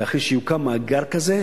ואחרי שיוקם מאגר כזה,